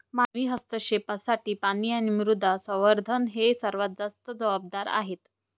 मानवी हस्तक्षेपासाठी पाणी आणि मृदा संवर्धन हे सर्वात जास्त जबाबदार आहेत